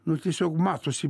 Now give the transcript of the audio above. nu tiesiog matosi